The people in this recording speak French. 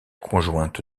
conjointe